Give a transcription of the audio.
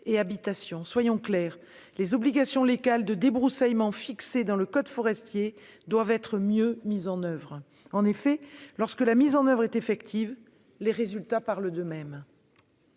et habitations. Soyons clairs, les obligations légales de débroussaillement fixées dans le code forestier doivent être mieux mises en oeuvre. En effet, lorsque leur mise en oeuvre est effective, les résultats parlent d'eux-mêmes.